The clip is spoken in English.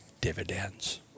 dividends